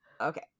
Okay